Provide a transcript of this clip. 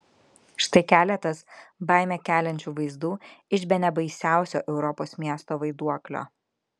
štai keletas baimę keliančių vaizdų iš bene baisiausio europos miesto vaiduoklio